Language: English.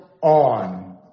on